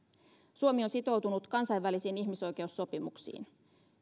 suomi on sitoutunut kansainvälisiin ihmisoikeussopimuksiin